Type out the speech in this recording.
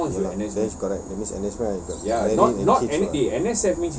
ya lah then is correct that means N_S men I got